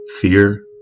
Fear